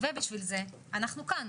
ובשביל זה אנחנו כאן.